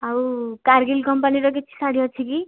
ଆଉ କାର୍ଗିଲ କମ୍ପାନୀର କିଛି ଶାଢ଼ୀ ଅଛିକି